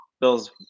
Bills